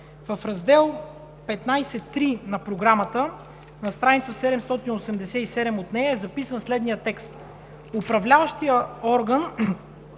В Раздел ХV.3 на Програмата – на стр. 787 от нея – е записан следният текст: